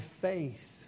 faith